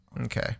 okay